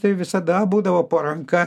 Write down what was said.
tai visada būdavo po ranka